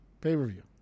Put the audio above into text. pay-per-view